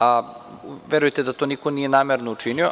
a verujte da to niko nije namerno učinio.